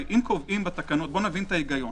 אם קבוע בתקנות